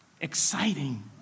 exciting